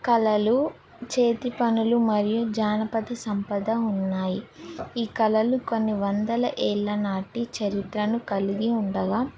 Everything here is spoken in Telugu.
కళలు చేతి పనులు మరియు జానపద సంపద ఉన్నాయి ఈ కళలు కొన్ని వందల ఏళ్ళనాటి చరిత్రను కలిగి ఉండగా